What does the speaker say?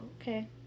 okay